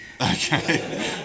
Okay